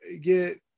get